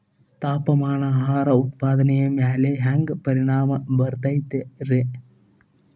ತಾಪಮಾನ ಆಹಾರ ಉತ್ಪಾದನೆಯ ಮ್ಯಾಲೆ ಹ್ಯಾಂಗ ಪರಿಣಾಮ ಬೇರುತೈತ ರೇ?